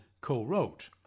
co-wrote